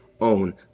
own